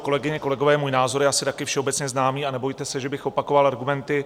Kolegyně, kolegové, můj názor je asi také všeobecně známý a nebojte se, že bych opakoval argumenty.